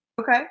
okay